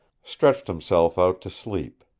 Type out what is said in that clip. stretched himself out to sleep.